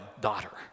daughter